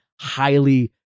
highly